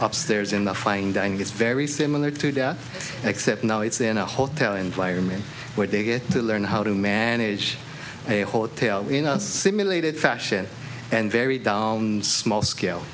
upstairs in the fine dining it's very similar to death except now it's in a hotel environment where they get to learn how to manage a hotel in a simulated fashion and very small scale